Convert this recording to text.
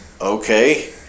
okay